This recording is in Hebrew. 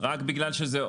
רק בגלל שזה עוד פרוצדורה.